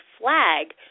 flag